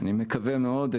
אני מקווה מאוד.